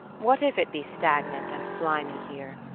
what if it be stagnant and slimy here?